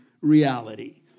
reality